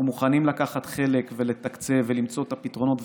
אנחנו מוכנים לקחת חלק ולתקצב ולמצוא את הפתרונות.